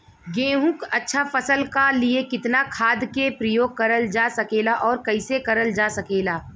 गेहूँक अच्छा फसल क लिए कितना खाद के प्रयोग करल जा सकेला और कैसे करल जा सकेला?